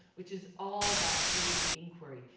which is all about creating inquiry.